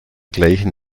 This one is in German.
gleichen